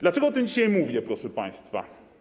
Dlaczego o tym dzisiaj mówię, proszę państwa?